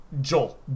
Joel